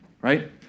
right